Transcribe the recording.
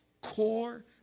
core